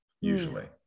usually